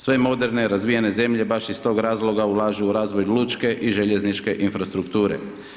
Sve moderne, razvijene zemlje, baš iz tog razvoja ulažu u razvoj lučke i željezničke infrastrukture.